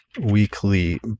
weekly